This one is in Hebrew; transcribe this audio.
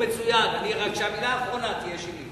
הוא מצוין, רק שהמלה האחרונה תהיה שלי.